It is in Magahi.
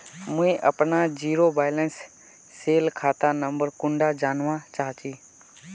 मुई अपना जीरो बैलेंस सेल खाता नंबर कुंडा जानवा चाहची?